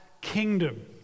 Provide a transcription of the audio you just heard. kingdom